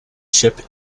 ship